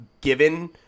given